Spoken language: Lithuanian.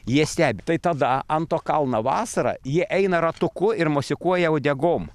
jie stebi tai tada ant to kalno vasarą jie eina ratuku ir mosikuoja uodegom